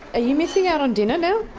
you missing out on dinner now?